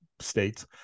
states